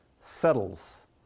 settles